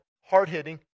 hard-hitting